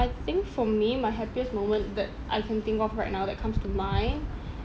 I think for me my happiest moment that I can think of right now that comes to mind